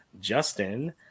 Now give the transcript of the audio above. Justin